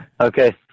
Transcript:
Okay